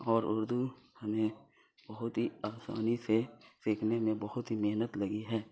اور اردو ہمیں بہت ہی آسانی سے سیکھنے میں بہت ہی محنت لگی ہے